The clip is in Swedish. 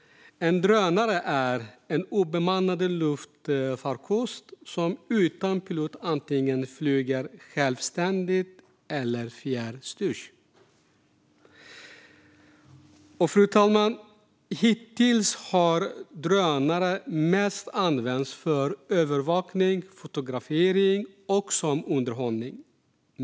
En drönare är en obemannad luftfarkost som utan pilot antingen flyger självständigt eller fjärrstyrs. Fru talman! Hittills har drönare mest använts för övervakning och fotografering och som underhållning.